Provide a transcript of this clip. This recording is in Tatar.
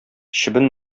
чебен